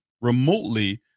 remotely